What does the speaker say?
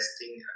testing